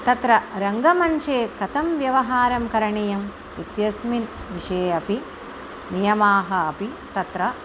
तत्र रङ्गमञ्चे कथं व्यवहारं करणीयं इत्यस्मिन् विषये अपि नियमाः अपि तत्र